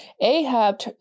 Ahab